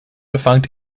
defunct